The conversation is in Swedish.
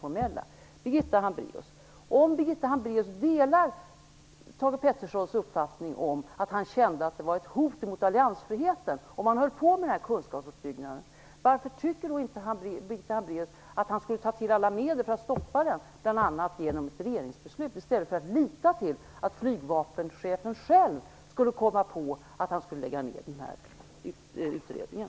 Om Birgitta Hambraeus delar Thage G Petersons uppfattning att det var ett hot mot alliansfriheten om man höll på med den här kunskapsuppbyggnaden, varför tycker då inte Birgitta Hambraeus att han skulle ta till alla medel för att stoppa den, bl.a. genom ett regeringsbeslut i stället för att lita till att flygvapenchefen själv skulle komma på att han skulle lägga ned den här utredningen.